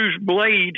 blade